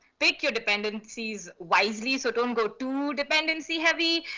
pick your dependencies wisely. so don't go too dependency heavy.